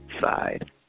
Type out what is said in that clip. side